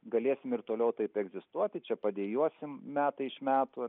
galėsim ir toliau taip egzistuoti čia padejuosime metai iš metų